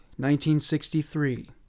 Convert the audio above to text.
1963